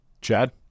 Chad